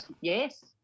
Yes